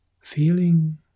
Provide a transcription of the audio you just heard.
feeling